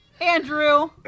Andrew